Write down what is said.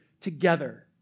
together